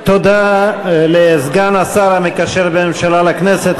תודה לסגן השר המקשר בין הממשלה לכנסת,